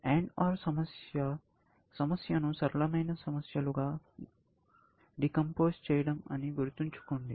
AND OR సమస్య సమస్యను సరళమైన సమస్యలుగా డొకంపోజ్ చేయడం అని గుర్తుంచుకోండి